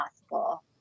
possible